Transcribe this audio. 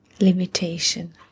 limitation